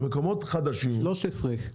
לגבי מקומות חדשים, שלא מסומנים: